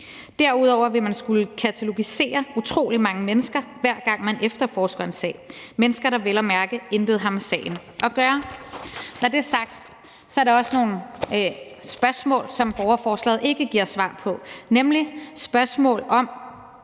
Derudover vil man skulle katalogisere utrolig mange mennesker, hver gang man efterforsker en sag – mennesker, der vel at mærke intet har med sagen at gøre. Når det er sagt, er der også nogle spørgsmål, som borgerforslaget ikke giver svar på, nemlig spørgsmål om,